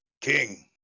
King